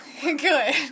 Good